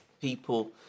people